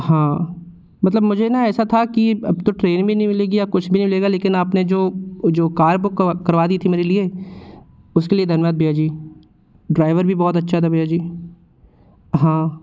हाँ मतलब मुझे ना ऐसा था कि अब तो ट्रेन भी नहीं मिलेगी या कुछ भी नहीं मिलेगा लेकिन आपने जो वो जो कार बुक करवा दी थी मेरे लिए उसके लिए धन्यवाद भैया जी ड्राइवर भी बहुत अच्छा था भैया जी हाँ